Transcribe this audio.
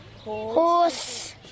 Horse